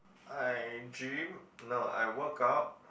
I gym no I workout